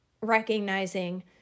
recognizing